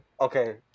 Okay